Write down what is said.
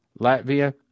Latvia